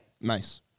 Nice